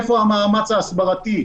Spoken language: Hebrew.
איפה המאמץ ההסברתי?